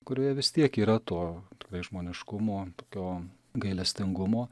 kurioje vis tiek yra to tikrai žmoniškumo tokio gailestingumo